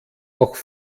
auch